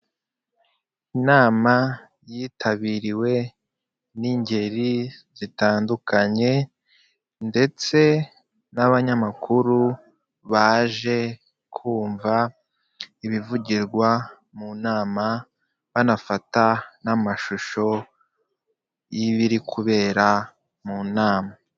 Inama yitabiriwe n'ingeri zitandukanye ndetse n'abanyamakuru baje kumva ibivugirwa mu nama banafata n'amashusho y'ibiri kubera mu nama.